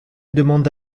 demande